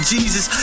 Jesus